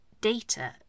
data